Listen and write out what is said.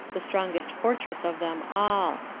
the strongest fortress of them all.